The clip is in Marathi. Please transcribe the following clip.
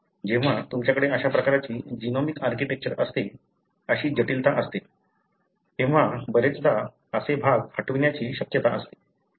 जेव्हा तुमच्याकडे अशा प्रकारची जीनोमिक आर्किटेक्चर असते अशी जटिलता असते तेव्हा बरेचदा असे भाग हटवण्याची शक्यता असते बरोबर